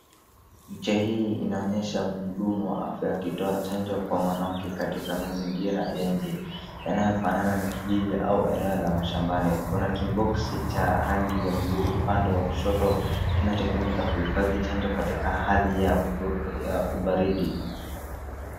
Picha hii inaonyesha mhudumu wa afya akitoa chanjo kwa mwanamke katika mazingira ya nje yanayofanana na kijiji au eneo la mashambani. Kuna kiboxi cha rangi ya buluu upande wa kushoto kinachotumika kuhifadhi chanjo katika hali ya ubaridi.